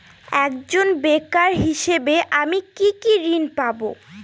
একজন বেকার হিসেবে আমি কি কি ঋণ পাব?